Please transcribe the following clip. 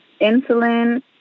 insulin